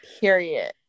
period